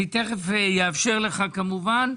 אני תכף יאפשר לך כמובן.